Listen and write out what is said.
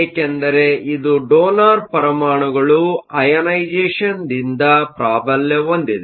ಏಕೆಂದರೆ ಇದು ಡೋನರ್ ಪರಮಾಣುಗಳು ಅಐನೇಸೇಷ಼ನ್ದಿಂದ ಪ್ರಾಬಲ್ಯ ಹೊಂದಿದೆ